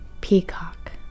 peacock